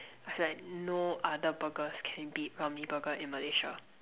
I feel like no other burgers can beat Ramly Burger in Malaysia